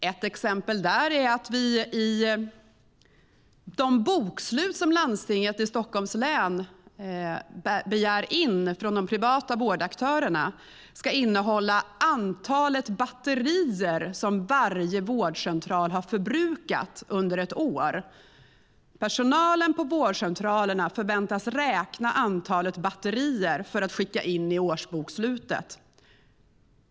Ett exempel på det är att de bokslut som landstinget i Stockholms län begär in från de privata vårdaktörerna ska innehålla uppgifter om antalet batterier som varje vårdcentral har förbrukat under ett år. Personalen på vårdcentralerna förväntas räkna antalet batterier för att skicka in det i årsbokslutet.